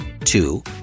Two